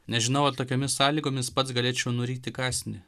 nežinau ar tokiomis sąlygomis pats galėčiau nuryti kąsnį